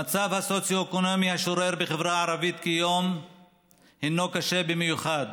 המצב הסוציו-אקונומי השורר בחברה הערבית כיום קשה במיוחד,